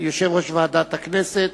יושב-ראש ועדת הכנסת,